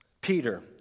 Peter